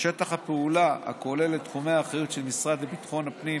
שטח הפעולה הכולל את תחומי האחריות של המשרד לביטחון הפנים